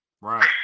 Right